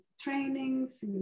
trainings